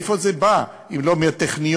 מאיפה זה בא אם לא מהטכניון,